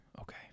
okay